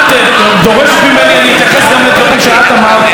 אני אתייחס גם לדברים שאת אמרת בימים האחרונים,